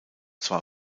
zwar